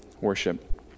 worship